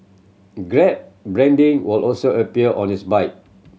grab branding were also appear on its bike